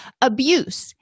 abuse